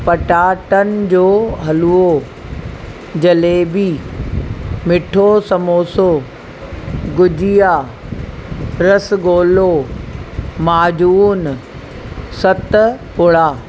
पटाटनि जो हलवो जलेबी मिठो समोसो गुजिया रसगुल्लो माजून सतपुड़ा